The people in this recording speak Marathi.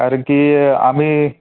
कारण की आम्ही